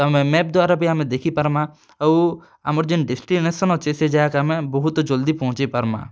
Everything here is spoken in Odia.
ତ ଆମେ ମେପ୍ ଦ୍ୱାରା ବି ଦେଖିପାର୍ମା ଆଉ ଆମର୍ ଯେନ୍ ଡ଼େଷ୍ଟିନେସନ୍ ଅଛେ ସେ ଜାଗାକେ ଆମେ ବହୁତ୍ ଜଲ୍ଦି ପହଁଞ୍ଚିପାର୍ମା